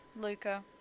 Luca